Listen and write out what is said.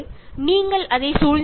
അത് നിങ്ങളുടെ ചുറ്റുപാടാണ്